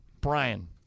Brian